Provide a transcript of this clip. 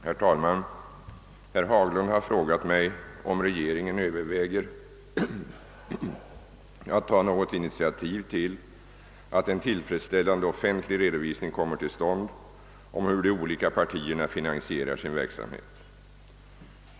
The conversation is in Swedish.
Herr talman! Herr Haglund har frågat mig om regeringen överväger att ta något initiativ till att en tillfredsställande offentlig redovisning kommer till stånd om hur de olika partierna finansierar sin verksamhet.